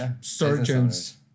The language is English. surgeons